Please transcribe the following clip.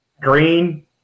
Green